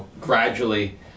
gradually